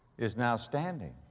is now standing.